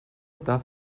darf